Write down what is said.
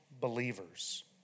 believers